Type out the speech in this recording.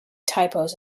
typos